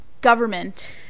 government